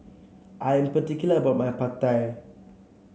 I'm particular about my Pad Thai